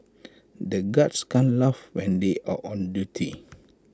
the guards can't laugh when they are on duty